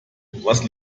was